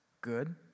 good